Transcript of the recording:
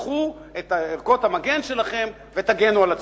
תפתחו את ערכות המגן שלכם ותגנו על עצמכם.